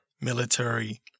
military